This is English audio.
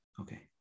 Okay